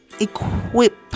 Equip